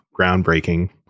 groundbreaking